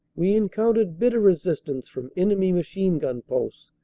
we encountered bitter resistance from enemy machine gun posts,